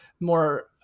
more